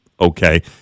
okay